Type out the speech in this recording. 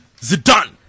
Zidane